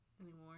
anymore